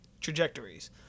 trajectories